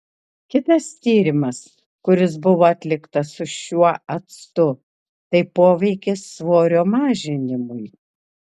kitas tyrimas kuris buvo atliktas su šiuo actu tai poveikis svorio mažinimui